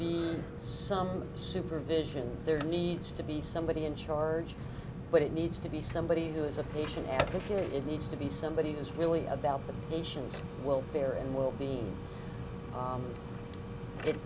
be some supervision there needs to be somebody in charge but it needs to be somebody who is a patient advocate it needs to be somebody who is really about the patients welfare and will be